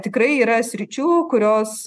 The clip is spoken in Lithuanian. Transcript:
tikrai yra sričių kurios